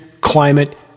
climate